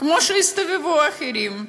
כמו שהסתובבו אחרים.